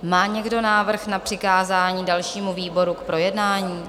Má někdo návrh na přikázání dalšímu výboru k projednání?